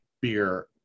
beer